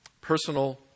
Personal